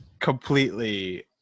Completely